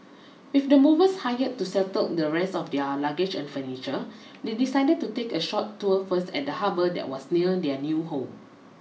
with the movers hired to settle the rest of their luggage and furniture they decided to take a short tour first of the harbour that was near their new home